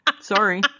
Sorry